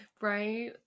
Right